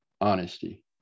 honesty